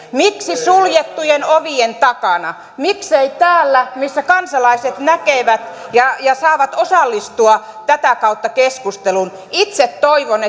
miksi suljettujen ovien takana miksei täällä missä kansalaiset näkevät ja ja saavat osallistua tätä kautta keskusteluun itse toivon